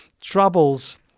Troubles